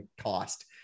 cost